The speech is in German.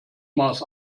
maß